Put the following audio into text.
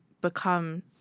become